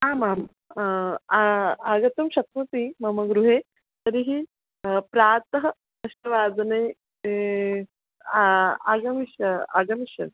आमाम् आगतुं शक्नोति मम गृहे तर्हि प्रातः अष्टवादने आगमिष्य आगमिष्य